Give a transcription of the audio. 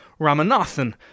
Ramanathan